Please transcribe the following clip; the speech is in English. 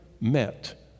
met